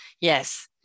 Yes